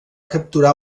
capturar